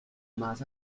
más